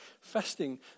Fasting